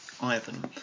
Ivan